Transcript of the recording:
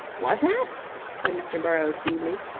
whazzat? said mr. burrowes feebly.